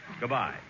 Goodbye